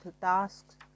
tasks